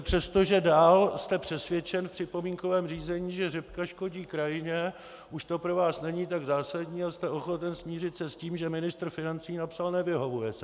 Přestože dál jste přesvědčen v připomínkovém řízení, že řepka škodí krajině, už to pro vás není tak zásadní a jste ochoten smířit se s tím, že ministr financí napsal: nevyhovuje se.